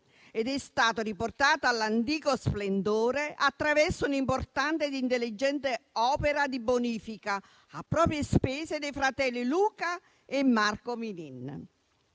ed è stato riportato all'antico splendore attraverso un'importante ed intelligente opera di bonifica a proprie spese dei fratelli Luca e Marco Minin.